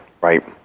Right